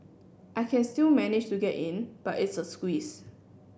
I can still manage to get in but it's a squeeze